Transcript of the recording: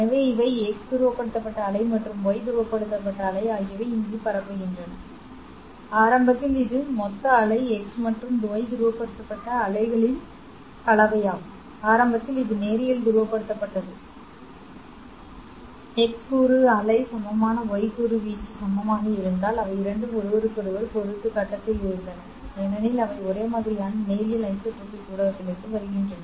எனவே இவை x துருவப்படுத்தப்பட்ட அலை மற்றும் y துருவப்படுத்தப்பட்ட அலை ஆகியவை இங்கு பரப்புகின்றன ஆரம்பத்தில் இதுமொத்த அலை x மற்றும் y துருவப்படுத்தப்பட்ட அலைகளின் கலவையாகும் ஆரம்பத்தில் இது நேரியல் துருவப்படுத்தப்பட்டது x கூறு அலை சமமான y கூறு வீச்சு சமமாக இருந்ததால் அவை இரண்டும் ஒருவருக்கொருவர் பொறுத்து கட்டத்தில் இருந்தன ஏனெனில் அவை ஒரே மாதிரியான நேரியல் ஐசோட்ரோபிக் ஊடகத்திலிருந்து வருகின்றன